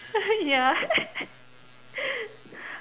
ya